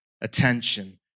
attention